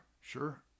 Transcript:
sure